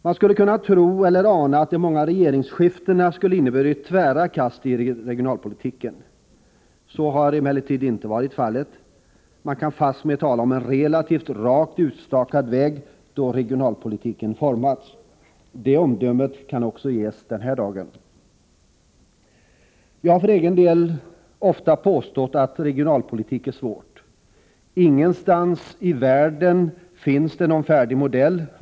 Man skulle kunna tro eller ana att de många regeringsskiftena skulle ha inneburit tvära kast i regionalpolitiken. Så har emellertid inte varit fallet. Man kan fastmer tala om en relativt rakt utstakad väg, då regionalpolitiken har formats. Det omdömet kan också ges den här dagen. Jag har för egen del ofta påstått att regionalpolitik är svårt. Ingenstans i världen finns det någon färdig modell.